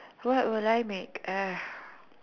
what will I make uh